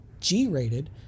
G-rated